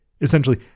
Essentially